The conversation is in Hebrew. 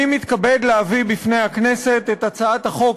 אני מתכבד להביא בפני הכנסת את הצעת החוק